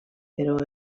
però